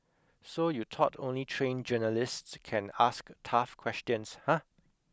so you thought only trained journalists can ask tough questions huh